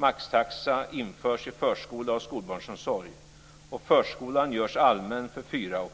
Maxtaxa införs i förskola och skolbarnsomsorg, och förskolan görs allmän för 4 och